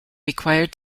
required